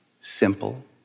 simple